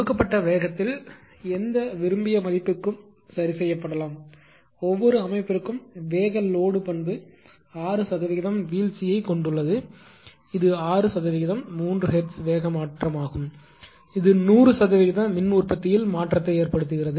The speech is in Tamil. கொடுக்கப்பட்ட வேகத்தில் எந்த விரும்பிய மதிப்புக்கும் சரிசெய்யப்படலாம் ஒவ்வொரு அமைப்பிற்கும் வேக லோடு பண்பு 6 சதவிகிதம் வீழ்ச்சியைக் கொண்டுள்ளது இது 6 சதவிகிதம் 3 ஹெர்ட்ஸ் வேக மாற்றமாகும் இது 100 சதவீத மின் உற்பத்தியில் மாற்றத்தை ஏற்படுத்துகிறது